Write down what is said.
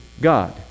God